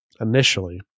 initially